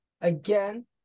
again